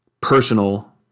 personal